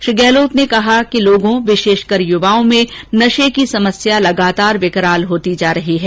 श्री गहलोत ने कहा कि लोगों विशेष कर युवाओं में नशे की समस्या लगातार विकराल होती जा रही है